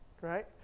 right